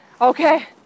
Okay